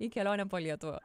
į kelionę po lietuvą